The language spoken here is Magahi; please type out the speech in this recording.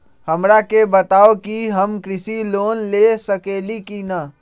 हमरा के बताव कि हम कृषि लोन ले सकेली की न?